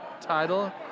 title